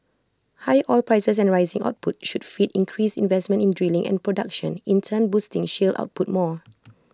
higher oil prices and rising output should feed increased investment in drilling and production in turn boosting shale output more